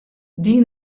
din